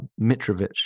Mitrovic